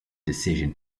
decision